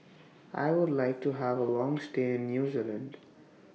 I Would like to Have A Long stay in New Zealand